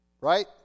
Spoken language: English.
Right